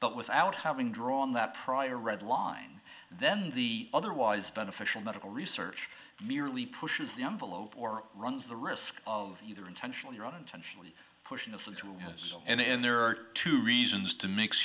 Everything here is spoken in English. but without having drawn that prior red line then the otherwise beneficial medical research merely pushes the envelope or runs the risk of either intentionally or unintentionally pushing the food and there are two